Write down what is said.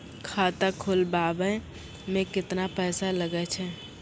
खाता खोलबाबय मे केतना पैसा लगे छै?